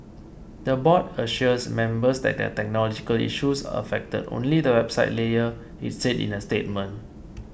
the Board assures members that the technological issues affected only the website layer it said in a statement